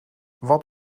wat